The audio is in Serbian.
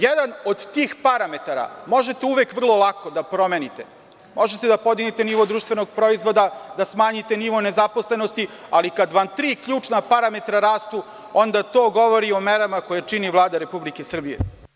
Jedan od tih parametara možete uvek vrlo lako da promenite, možete da podignete nivo društvenih proizvoda, da smanjite nivo nezaposlenosti, ali kada vam tri ključna parametra rastu, onda to govori o merama koje čini Vlada Republike Srbije.